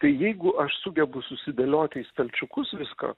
tai jeigu aš sugebu susidėlioti į stalčiukus viską